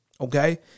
Okay